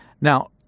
Now